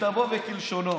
ככתבו וכלשונו.